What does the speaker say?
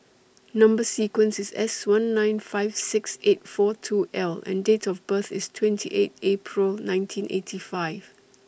Number sequence IS S one nine five six eight four two L and Date of birth IS twenty eight April nineteen eighty five